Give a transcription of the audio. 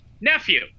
nephew